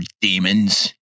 demons